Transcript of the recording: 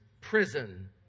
prison